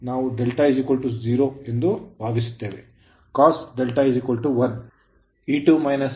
ಆದ್ದರಿಂದ ನಾವು δ 0 ಎಂದು ಭಾವಿಸುತ್ತೇವೆ